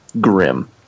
grim